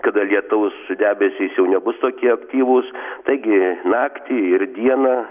kada lietaus debesys jau nebus tokie aktyvūs taigi naktį ir dieną